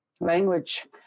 language